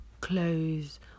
clothes